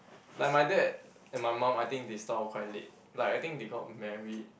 like my dad and my mum I think they start off quite late like I think they got married